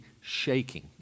shaking